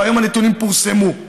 והיום הנתונים פורסמו: